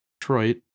Detroit